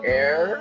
air